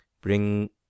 Bring